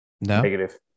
Negative